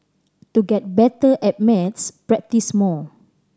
to get better at maths practise more